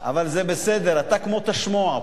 יש החלטת סיעה, אבל זה בסדר, אתה כמו תשמוע פה,